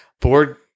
board